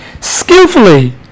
skillfully